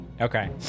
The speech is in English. Okay